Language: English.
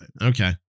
Okay